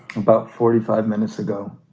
about forty five minutes ago.